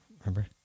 remember